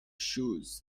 shoes